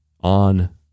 on